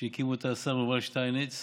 שהקים אותה השר יובל שטייניץ,